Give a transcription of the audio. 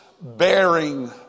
bearing